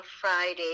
Friday